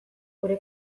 gure